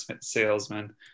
salesman